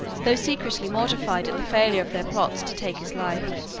though secretly mortified at the failure of their plots to take his life.